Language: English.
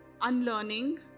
unlearning